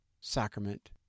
sacrament